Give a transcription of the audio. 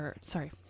Sorry